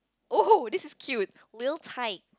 oh this is cute little tight